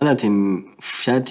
malaatin